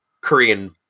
Korean